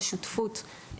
להגביר שיתופי פעולה,